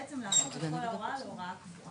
בעצם להפוך את כל ההוראה להוראה קבועה.